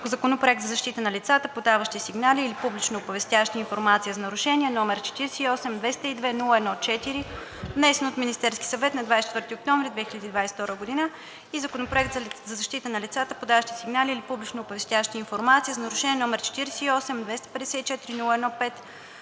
Законопроект за защита на лицата, подаващи сигнали или публично оповестяващи информация за нарушения, № 48-202-01-4, внесен от Министерския съвет на 24 октомври 2022 г., и Законопроект за защита на лицата, подаващи сигнали или публично оповестяващи информация за нарушения, № 48-254-01-5,